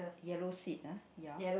yellow seat ah ya